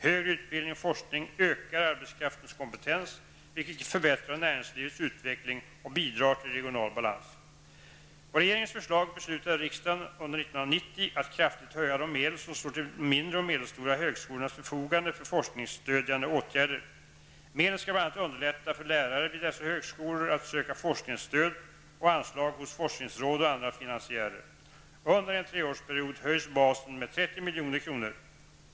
Högre utbildning och forskning ökar arbetskraftens kompetens, vilket förbättrar näringslivets utveckling och bidrar till regional balans. 1990 att kraftigt höja de medel som står till de mindre och medelstora högskolornas förfogande för forskningsstödjande åtgärder. Medlen skall bl.a. underlätta för lärare vid dessa högskolor att söka forskningsstöd och anslag hos forskningsråd och andra finansiärer. Under en treårsperiod höjs basen med 30 milj.kr.